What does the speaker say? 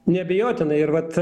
neabejotinai ir vat